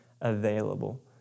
available